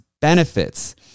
benefits